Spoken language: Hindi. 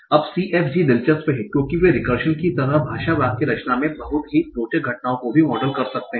अब CFG दिलचस्प हैं क्योंकि वे रिकर्शन की तरह भाषा वाक्य रचना में कुछ बहुत ही रोचक घटनाओं को भी मॉडल कर सकते हैं